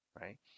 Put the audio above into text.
Right